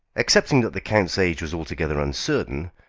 excepting that the count's age was altogether uncertain,